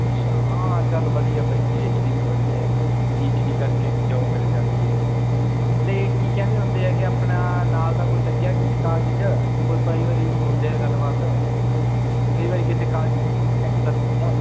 ਅੱਛਾ ਹਾਂ ਚੱਲ ਵਧੀਆ ਬਈ ਪੀ ਐੱਚ ਡੀ ਵੀ ਵਧੀਆ ਪੀ ਐੱਚ ਡੀ ਕਰਕੇ ਵੀ ਜੋਬ ਮਿਲ ਜਾਂਦੀ ਹੈਗੀ ਅਤੇ ਕੀ ਕਹਿੰਦੇ ਹੁੰਦੇ ਹੈਗੇ ਆਪਣਾ ਨਾਲ ਦਾ ਕੋਈ ਲੱਗਿਆ ਕਿਸੇ ਕਾਲਜ 'ਚ ਕੋਈ ਕਈ ਵਾਰੀ ਹੁੰਦੀ ਆ ਗੱਲਬਾਤ ਕਈ ਵਾਰੀ ਕਿਸੇ ਕਾਲਜ 'ਚ ਲੱਗਿਆ ਹੁੰਦਾ ਨਾਲ ਦਾ